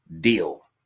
deal